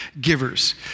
givers